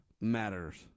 matters